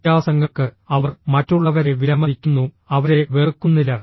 വ്യത്യാസങ്ങൾക്ക് അവർ മറ്റുള്ളവരെ വിലമതിക്കുന്നു അവരെ വെറുക്കുന്നില്ല